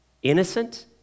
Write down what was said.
Innocent